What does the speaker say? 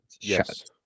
Yes